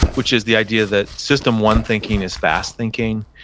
which is the idea that system one thinking is fast thinking,